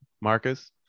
Marcus